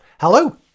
Hello